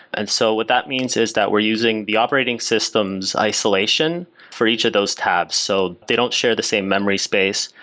and so what that means is that we're using the operating system's isolation for each of those tabs, so they don't share the same memory space,